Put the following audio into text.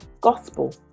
Gospel